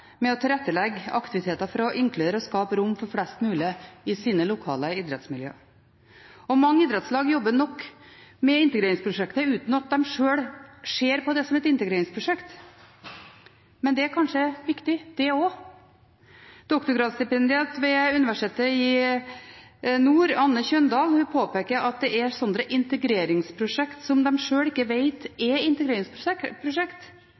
med å tilrettelegge aktiviteter for å inkludere og skape rom for flest mulig i sine lokale idrettsmiljø. Mange idrettslag jobber nok med integreringsprosjektet uten at de sjøl ser på det som et integreringsprosjekt – men det er kanskje viktig, det også. Doktorgradsstipendiat Anne Tjønndal ved Nord universitet påpeker at det er slike integreringsprosjekt, som de sjøl ikke vet